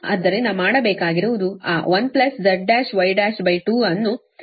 ಆದ್ದರಿಂದ ಮಾಡಬೇಕಾಗಿರುವುದು ಆ 1Z1Y12ಅನ್ನು ತೆಗೆದುಕೊಂಡಿದ್ದೇವೆ